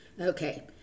Okay